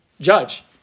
judge